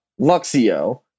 Luxio